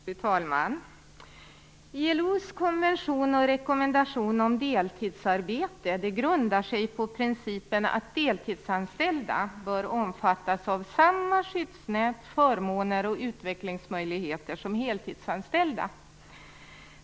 Fru talman! ILO:s konvention och rekommendation om deltidsarbete grundar sig på principen att deltidsanställda bör omfattas av samma skyddsnät, förmåner och utvecklingsmöjligheter som heltidsanställda.